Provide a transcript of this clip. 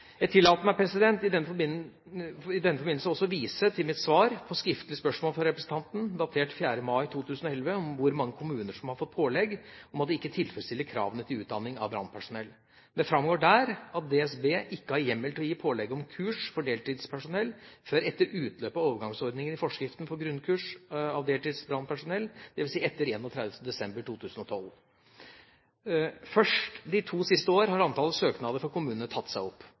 Jeg tillater meg i denne forbindelse også å vise til mitt svar på skriftlig spørsmål fra representanten, datert 4. mai 2011, om hvor mange kommuner som har fått pålegg om at de ikke tilfredsstiller kravene til utdanning av brannpersonell. Det framgår der at DSB ikke har hjemmel til å gi pålegg om kurs for deltidspersonell før etter utløpet av overgangsordningen i forskriften for grunnkurs for deltids brannpersonell, dvs. etter 31. desember 2012. Først de to siste år har antallet søknader fra kommunene tatt seg opp.